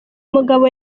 mugabo